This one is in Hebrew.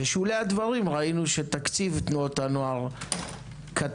בשולי הדברים ראינו שתקציב תנועות הנוער קטן,